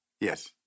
Yes